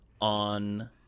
on